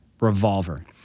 revolver